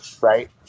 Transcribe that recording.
right